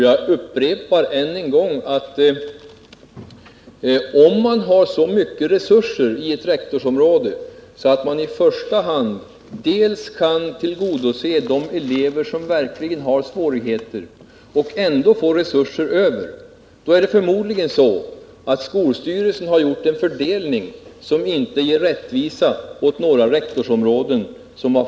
Jag upprepar att, om man i ett rektorsområde har så mycket resurser att man dels kan tillgodose de elever som verkligen har svårigheter, dels ändå får resurser över, har skolstyrelsen förmodligen gjort en fördelning som inte ger rättvisa åt en del av rektorsområdena.